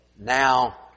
now